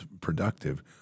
productive